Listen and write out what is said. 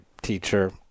teacher